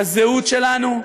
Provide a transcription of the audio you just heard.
לזהות שלנו.